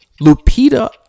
Lupita